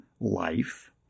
life